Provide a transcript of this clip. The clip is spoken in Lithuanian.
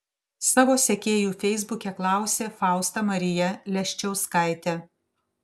savo sekėjų feisbuke klausė fausta marija leščiauskaitė